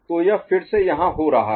तो यह फिर से यहां हो रहा है